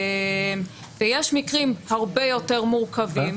ויש מקרים הרבה יותר מורכבים